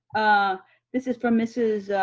um this is from mrs.